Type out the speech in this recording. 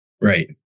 Right